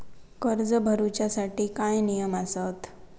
कर्ज भरूच्या साठी काय नियम आसत?